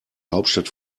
hauptstadt